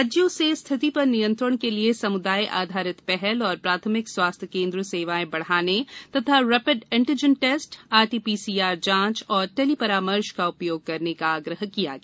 राज्यों से स्थिति पर नियंत्रण के लिए समुदाय आधारित पहल और प्राथमिक स्वास्थ्य केन्द्र सेवाएं बढ़ाने तथा रैपिड एंटीजन टेस्ट आरटीपीसीआर जांच और टेली परामर्श का उपयोग करने का आग्रह किया गया